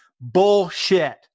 Bullshit